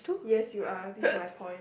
yes you are this my point